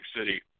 city